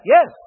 Yes